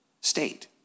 state